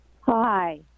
hi